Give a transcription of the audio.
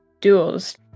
duels